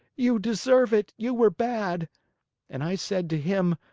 you deserve it you were bad and i said to him,